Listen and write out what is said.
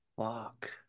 Fuck